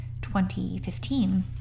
2015